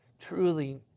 Truly